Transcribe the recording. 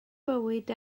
bywyd